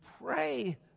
pray